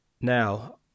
Now